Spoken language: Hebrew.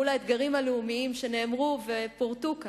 מול האתגרים הלאומיים שנאמרו ופורטו כאן,